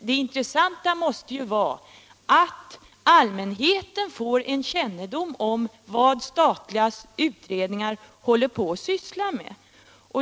Det intressanta måste vara att allmänheten får kännedom om vad statliga utredningar sysslar med.